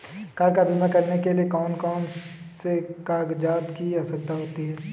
Car का बीमा करने के लिए कौन कौन से कागजात की आवश्यकता होती है?